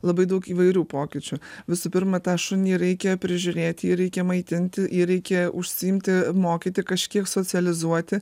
labai daug įvairių pokyčių visų pirma tą šunį reikia prižiūrėti jį reikia maitinti jį reikia užsiimti mokyti kažkiek socializuoti